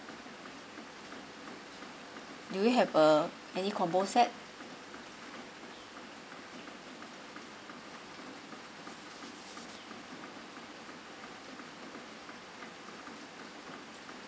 do you have uh any combo set